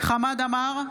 חמד עמאר,